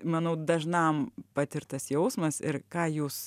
manau dažnam patirtas jausmas ir ką jūs